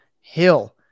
Hill